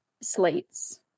slates